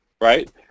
right